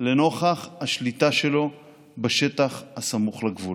לנוכח השליטה שלו בשטח הסמוך לגבול.